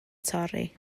torri